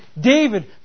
David